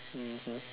mmhmm